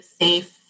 safe